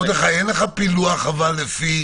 אבל אין לך פילוח לפי